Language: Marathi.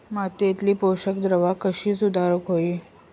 मातीयेतली पोषकद्रव्या कशी सुधारुक होई?